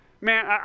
Man